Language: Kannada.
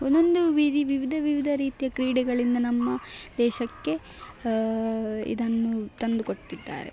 ಒಂದೊಂದು ವಿಧ ವಿವಿಧ ವಿವಿಧ ರೀತಿಯ ಕ್ರೀಡೆಗಳಿಂದ ನಮ್ಮ ದೇಶಕ್ಕೆ ಇದನ್ನು ತಂದು ಕೊಟ್ಟಿದ್ದಾರೆ